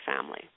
family